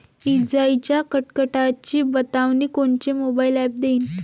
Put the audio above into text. इजाइच्या कडकडाटाची बतावनी कोनचे मोबाईल ॲप देईन?